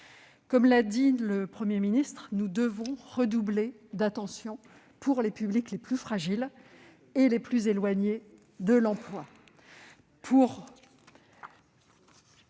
Comme l'a dit le Premier ministre, nous devons redoubler d'attention pour les publics les plus fragiles et les plus éloignés de l'emploi.